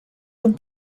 van